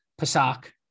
pasak